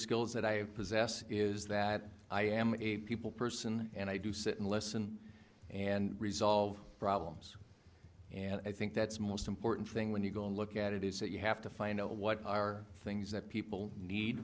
skills that i possess is that i am a people person and i do sit and listen and resolve problems and i think that's most important thing when you go and look at it is that you have to find out what are the things that people need